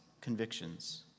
convictions